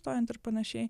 stojant ir panašiai